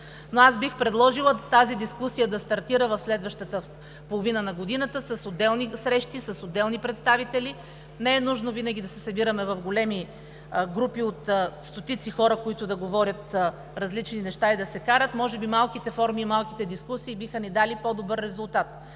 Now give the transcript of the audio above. Но аз бих предложила тази дискусия да стартира в следващата половина на годината с отделни срещи, с отделни представители, не е нужно винаги да се събираме в големи групи от стотици хора, които да говорят различни неща и да се карат. Може би малките форми и малките дискусии биха ни дали по-добър резултат.